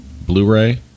blu-ray